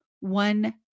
one